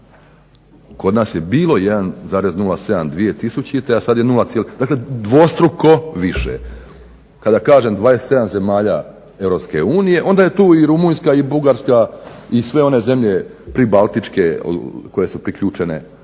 Kod nas je bilo 1,07% 2000., a sad je 0,017% dakle dvostruko više. Kada kažem 27 zemalja EU onda je tu i Rumunjska i Bugarska i sve one zemlje pribaltičke koje su priključene nešto